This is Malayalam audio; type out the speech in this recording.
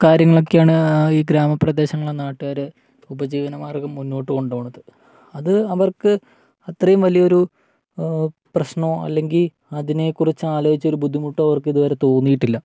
കാര്യങ്ങളിലൊക്കെയാണ് ഈ ഗ്രാമപ്രദേശങ്ങളിലെ നാട്ടുകാര് ഉപജീവനമാർഗ്ഗം മുന്നോട്ടുകൊണ്ടുപോകുന്നത് അത് അവർക്ക് അത്രയും വലിയൊരു പ്രശ്നമോ അല്ലെങ്കില് അതിനെക്കുറിച്ച് ആലോചിച്ചൊരു ബുദ്ധിമുട്ടോ അവർക്കിതുവരെ തോന്നിയിട്ടില്ല